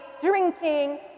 drinking